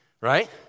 right